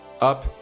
up